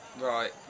right